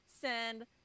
send